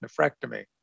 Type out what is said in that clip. nephrectomy